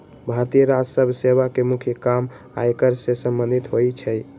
भारतीय राजस्व सेवा के मुख्य काम आयकर से संबंधित होइ छइ